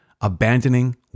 abandoning